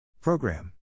Program